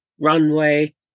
Runway